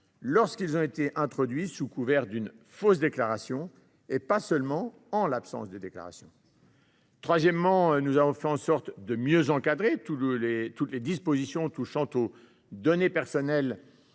lorsqu’ils ont été introduits sous couvert d’une fausse déclaration, et pas seulement en l’absence de déclaration. Troisièmement, nous avons fait en sorte de mieux encadrer toutes les dispositions relatives aux données personnelles